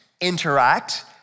interact